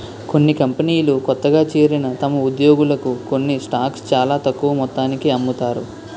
కొన్ని కంపెనీలు కొత్తగా చేరిన తమ ఉద్యోగులకు కొన్ని స్టాక్స్ చాలా తక్కువ మొత్తానికి అమ్ముతారు